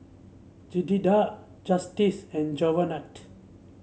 Jedidiah Justice and Javonte